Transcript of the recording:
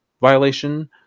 violation